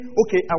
okay